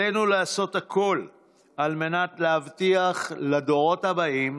עלינו לעשות הכול על מנת להבטיח לדורות הבאים